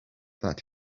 that